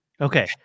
okay